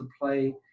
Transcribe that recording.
play